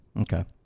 Okay